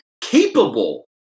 capable